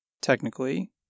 Technically